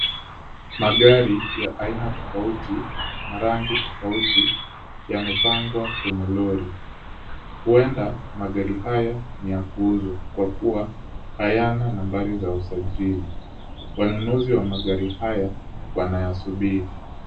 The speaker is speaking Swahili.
Magari ya aina tofauti na rangi tofauti yamepangwa kwenye lori. Huenda magari haya ni ya kuuzwa kwa kuwa hayana nambari za usajili. Wanunuzi wa magari haya wanayasubiri.